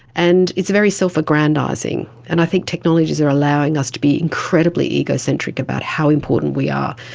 and it's very self-aggrandising. and i think technologies are allowing us to be incredibly egocentric about how important we are